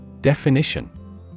Definition